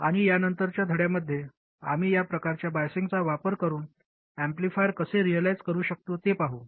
आणि यानंतरच्या धड्यांमध्ये आम्ही या प्रकारच्या बायझींगचा वापर करुन ऍम्प्लिफायर कसे रिअलाईझ करू शकतो ते पाहू